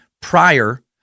prior